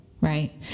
right